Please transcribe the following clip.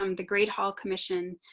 um the great hall commission.